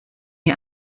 die